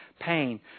pain